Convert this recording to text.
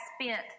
spent